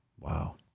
Wow